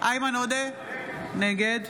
איימן עודה, נגד